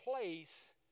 place